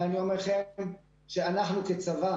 ואני אומר לכם שאנחנו כצבא,